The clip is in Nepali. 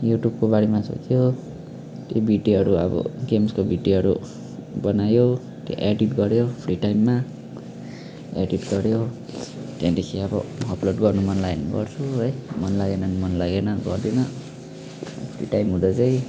युट्युबको बारेमा सोच्यो त्यो भिडियोहरू अब गेम्सको भिडियोहरू बनायो त्यो इडिट गऱ्यो फ्री टाइममा इडिट गऱ्यो त्यहाँदेखि अब अप्लोड गर्नु मन लाग्यो भने गर्छु है मन लागेन भने गर्दिनँ फ्री टाइम हुँदा चाहिँ